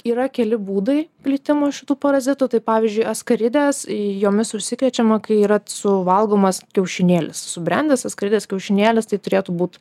yra keli būdai plitimo šitų parazitų tai pavyzdžiui askaridės jomis užsikrečiama kai yra suvalgomas kiaušinėlis subrendęs askaridės kiaušinėlis tai turėtų būt